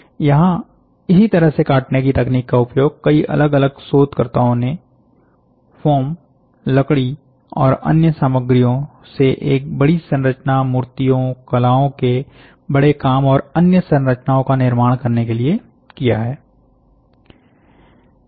यहा इसी तरह से काटने की तकनीक का उपयोग कई अलग अलग शोधकर्ताओं ने फाॅम लकड़ी और अन्य सामग्रियों से एक बड़ी संरचना मूर्तियों कलाओं के बड़े काम और अन्य संरचनाओं का निर्माण करने के लिए किया है